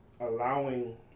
allowing